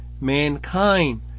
mankind